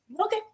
okay